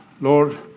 Lord